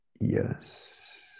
Yes